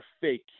fake